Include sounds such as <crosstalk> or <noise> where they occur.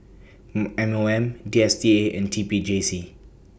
<hesitation> M O M D S T A and T P J C